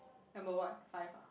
number what five !huh!